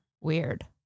Weird